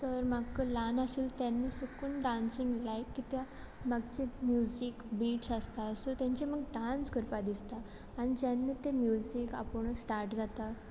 तर म्हाका ल्हान आसूल तेन्ना सुकून डांसींग लायक कित्या म्हाक चेंत म्युजीक बिट्स आसता सो तांचेर म्हाक डांस करपा दिसता आन जेन्ना तें म्युजीक आपुणूच स्टाट जाता